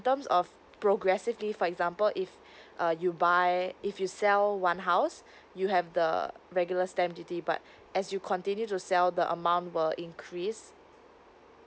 terms of progressively for example if uh you buy if you sell one house you have the regular stamp duty but as you continue to sell the amount will increase